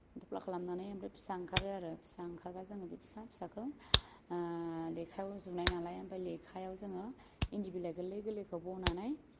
थफ्ला खालामनानै ओमफ्राय फिसा ओंखारो आरो फिसा ओंखारबा जोङो बे फिसा फिसाखौ लेखायाव जुनाय नालाय ओमफाय लेखायाव जोङो इन्दि बिलाइ गोरलै गोरलैखौ बनानै